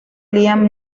liam